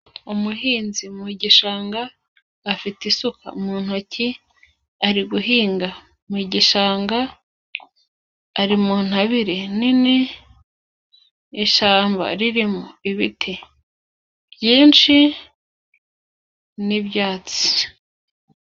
Umuhinzi mu gishanga，afite isuka mu ntoki， ari guhinga mu gishanga，ari mu ntabire nini，ishamba ririmo ibiti byinshi n’ibyatsi.